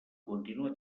continua